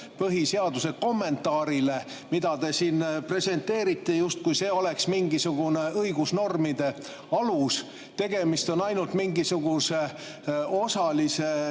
põhiseaduse kommentaarile. Te presenteerite siin seda, justkui see oleks mingisugune õigusnormide alus. Tegemist on ainult mingisuguse osalise